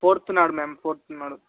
ఫోర్త్నాడు ma'am ఫోర్త్నాడు